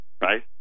right